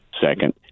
Second